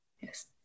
Yes